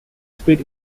speed